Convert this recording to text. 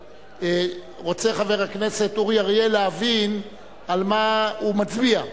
רוצה חבר הכנסת אורי אריאל להבין על מה הוא מצביע.